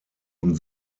und